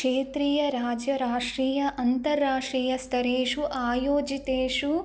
क्षेत्रीयं राज्यं राष्ट्रीयः अन्ताराष्ट्रीयस्तरेषु आयोजितेषु